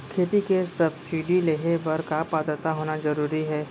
खेती के सब्सिडी लेहे बर का पात्रता होना जरूरी हे?